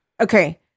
Okay